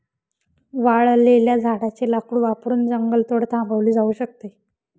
वाळलेल्या झाडाचे लाकूड वापरून जंगलतोड थांबवली जाऊ शकते